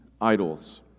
idols